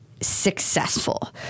successful